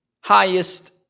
highest